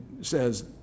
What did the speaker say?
says